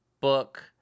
book